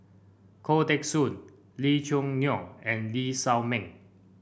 Khoo Teng Soon Lee Choo Neo and Lee Shao Meng